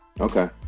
Okay